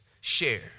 share